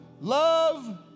love